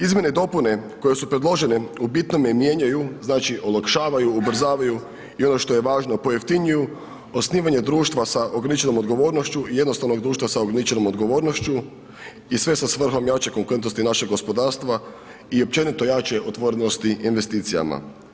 Izmjene i dopune koje su predložene u bitnome mijenjaju znači olakšavaju, ubrzavaju i ono što je važno pojeftinjuju osnivanje društva sa ograničenom odgovornošću i jednostavnog društva sa ograničenom odgovornošću i sve sa svrhom jače konkurentnosti našeg gospodarstva i općenito jače otvorenosti investicijama.